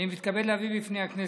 אני מתכבד להביא בפני הכנסת,